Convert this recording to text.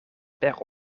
per